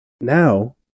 now